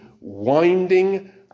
winding